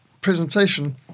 presentation